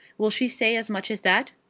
will she say as much as that?